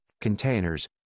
containers